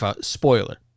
spoiler